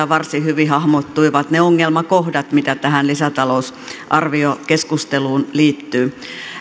varsin hyvin hahmottuivat ne ongelmakohdat mitä tähän lisätalousarviokeskusteluun liittyy